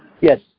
Yes